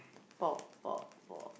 four four four